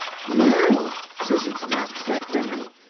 no. susan's mouth set grimly.